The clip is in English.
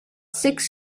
six